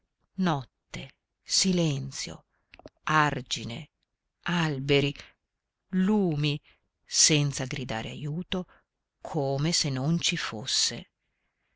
notte silenzio argine alberi lumi senza gridare ajuto come se non ci fosse